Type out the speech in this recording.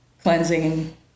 cleansing